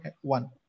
one